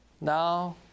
now